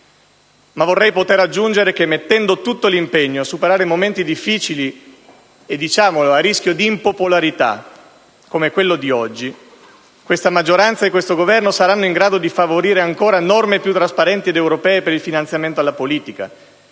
Ma vorrei poter aggiungere che, mettendo tutto l'impegno a superare momenti difficili e - diciamolo - a rischio di impopolarità come quello di oggi, questa maggioranza e questo Governo saranno in grado di favorire norme più trasparenti ed europee per il finanziamento alla politica,